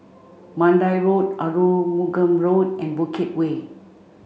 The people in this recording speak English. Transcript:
Mandai Road Arumugam Road and Bukit Way